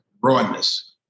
broadness